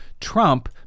Trump